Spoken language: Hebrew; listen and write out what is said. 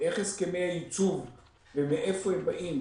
מאיפה באים